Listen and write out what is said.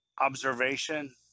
observation